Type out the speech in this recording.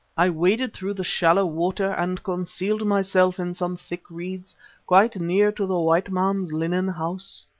i waded through the shallow water and concealed myself in some thick reeds quite near to the white man's linen house.